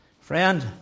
Friend